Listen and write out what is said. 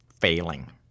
failing